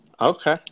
okay